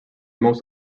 most